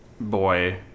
boy